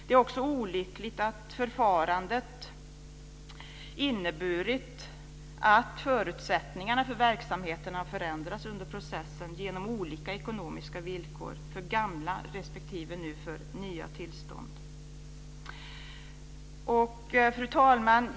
Det är också olyckligt att förfarandet inneburit att förutsättningarna för verksamheten förändrats under processen genom olika ekonomiska villkor för gamla respektive, nu, nya tillstånd. Fru talman!